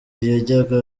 yajyaga